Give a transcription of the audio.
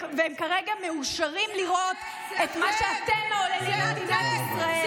והם כרגע מאושרים לראות את מה שאתם מעוללים למדינת ישראל.